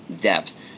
depth